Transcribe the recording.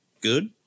good